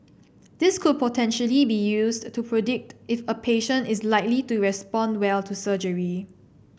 this could potentially be used to predict if a patient is likely to respond well to surgery